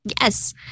Yes